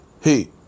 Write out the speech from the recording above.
hey